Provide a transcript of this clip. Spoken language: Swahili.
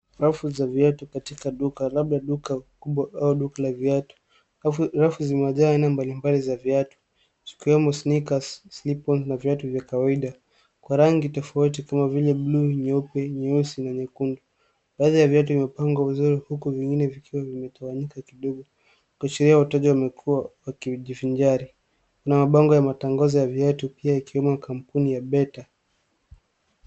Rafu za viatu katika duka labda duka kubwa au duka la viatu. Rafu zimejaa aina mbalimbali za viatu zikiwemo sneakers, slippers na viatu vya kawaida kwa rangi tofauti kama vile buluu, nyeupe, nyeusi na nyekundu. Baadhi ya viatu vimepangwa vizuri huku vingine vikiwa vimetawanyika kidogo kuashiria wateja wamekuwa wakijivinjari. Kuna mabongo ya matangazo ya viatu pia ikiwemo kampuni ya Bata.